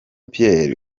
pierre